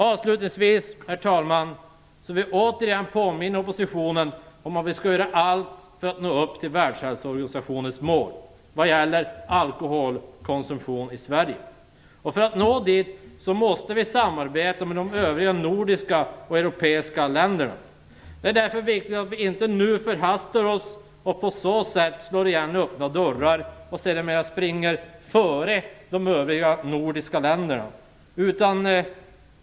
Avslutningsvis, herr talman, vill jag återigen påminna oppositionen om att vi skall göra allt för att nå upp till Världshälsoorganisationens mål vad gäller alkoholkonsumtionen i Sverige. För att nå dit måste vi samarbeta med de övriga nordiska och europeiska länderna. Det är därför viktigt att vi inte nu förhastar oss och på så sätt slår igen öppna dörrar och sedermera springer före de övriga nordiska länderna.